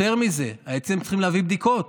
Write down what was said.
יותר מזה, הייתם צריכים להביא בדיקות.